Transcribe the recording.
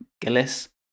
Gillis